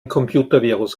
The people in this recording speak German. computervirus